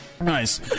Nice